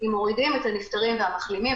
אם מורידים את הנפטרים והמחלימים,